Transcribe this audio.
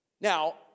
Now